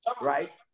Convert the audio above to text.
Right